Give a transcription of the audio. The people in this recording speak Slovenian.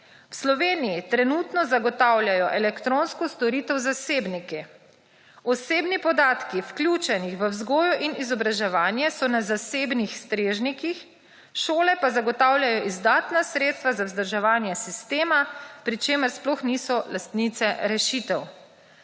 V Sloveniji trenutno zagotavljajo elektronsko storitev zasebniki. Osebni podatki, vključeni v vzgojo in izobraževanje, so na zasebnih strežnikih, šole pa zagotavljajo izdatna sredstva za vzdrževanje sistema, pri čemer sploh niso lastnice rešitev.